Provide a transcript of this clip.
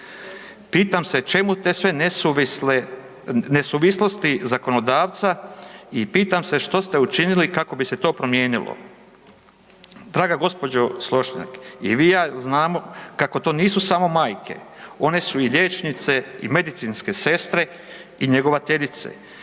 Pitam se čemu sve te nesuvislosti zakonodavca i pitam se što ste učinili kako bi se to promijenilo. Draga gđo. Slošnjak, i vi i ja znamo kako to nisu samo majke, one su i liječnice, i medicinske sestre i njegovateljice.